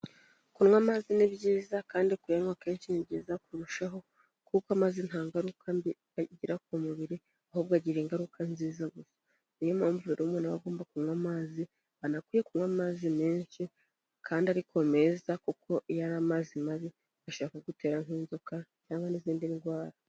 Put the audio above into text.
Kunywa amazi ni byiza kandi kuyanywa akenshi ni byiza kurushaho, kuko amazi nta ngaruka mbi agira ku mubiri, ahubwo agira ingaruka nziza gusa, niyo mpamvu rero umuntu na we agomba kunywa amazi, anakwiye kunywa amazi menshi kandi ariko meza, kuko iyo ari amazi mabi ashobora ku gutera nk'inzoka cyangwa n'izindi ndwara.